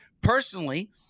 Personally